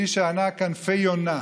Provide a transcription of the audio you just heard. אלישע ענה: כנפי יונה.